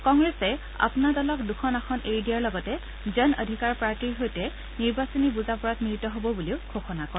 কংগ্ৰেছে আপনা দলক দুখন আসন এৰি দিয়াৰ লগতে জন অধিকাৰ পাৰ্টীৰ সৈতে নিৰ্বাচনী বুজাপৰাত মিলিত হ'ব বুলিও ঘোষণা কৰে